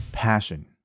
passion